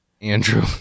Andrew